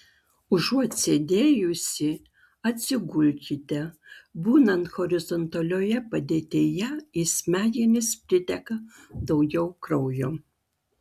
užuot sėdėjusi atsigulkite būnant horizontalioje padėtyje į smegenis priteka daugiau kraujo